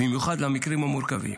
ובמיוחד למקרים המורכבים.